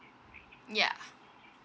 yeah